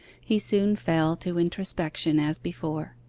he soon fell to introspection as before.